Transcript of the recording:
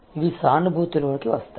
ఇవి సానుభూతి లోకి వస్తాయి